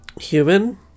human